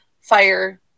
fire